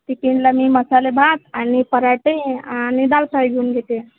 टिफीनला मी मसालेभात आणि पराठे आणि दालफ्राय घेऊन घेते